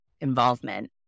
involvement